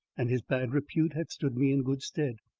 and his bad repute had stood me in good stead.